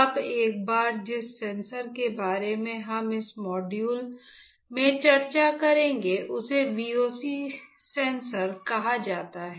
अब एक बार जिस सेंसर के बारे में हम इस मॉड्यूल में चर्चा करेंगे उसे VOC सेंसर कहा जाता है